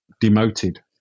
demoted